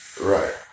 right